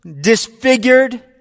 disfigured